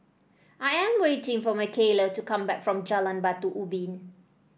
I am waiting for Makayla to come back from Jalan Batu Ubin